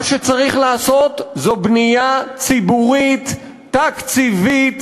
מה שצריך לעשות זה בנייה ציבורית תקציבית,